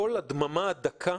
קול הדממה הדקה